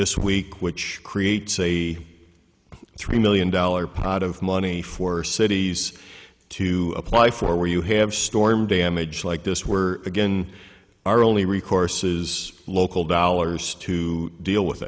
this week which creates a three million dollars pot of money for cities to apply for where you have storm damage like this where again our only recourse is local dollars to deal with